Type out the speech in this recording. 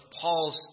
Paul's